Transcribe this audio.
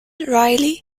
riley